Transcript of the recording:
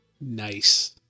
Nice